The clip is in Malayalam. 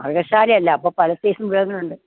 മൃഗശാല അല്ലേ അപ്പോൾ പല സൈസ്സ് മൃഗങ്ങളുണ്ട്